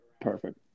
Perfect